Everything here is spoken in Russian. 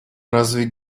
разве